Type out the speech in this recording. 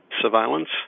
surveillance